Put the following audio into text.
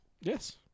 Yes